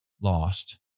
lost